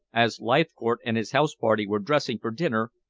as leithcourt and his house-party were dressing for dinner,